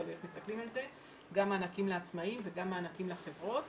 גם מענקים לעצמאים וגם מענקים לחברות,